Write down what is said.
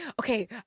okay